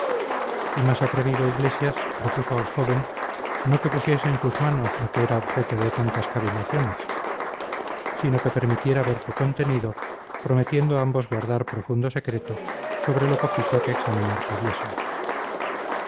y más atrevido iglesias propuso al joven no que pusiese en sus manos lo que era objeto de tantas cavilaciones sino que permitiera ver su contenido prometiendo ambos guardar profundo secreto sobre lo poquito que examinar pudiesen